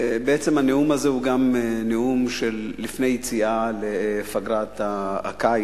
בעצם הנאום הזה הוא גם נאום לפני יציאה לפגרת הקיץ,